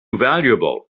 valuable